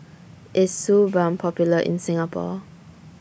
IS Suu Balm Popular in Singapore